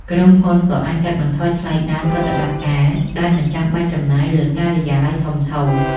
ក្រុមហ៊ុនក៏អាច កាត់បន្ថយថ្លៃដើម ប្រតិបត្តិការ ដោយមិនចាំបាច់ចំណាយលើការិយាល័យធំៗ។